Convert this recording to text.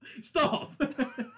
Stop